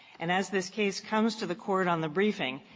and as this case comes to the court on the briefing,